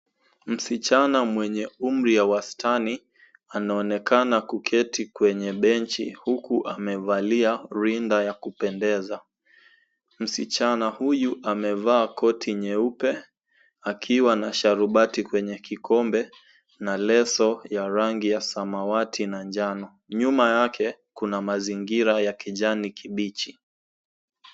Msichana mwenye umri ya wastani anaonekana kuketi kwenye benchi huku amevalia rinda ya kupendeza. Msichana huyu amevaa koti nyeupe akiwa na sharubati kwenye kikombe na kesho ya rangi ya samawati na njano. Nyuma yake kuna mazingira ya kijani kibichi.